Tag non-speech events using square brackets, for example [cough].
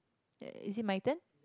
[noise] is it my turn